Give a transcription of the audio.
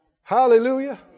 Hallelujah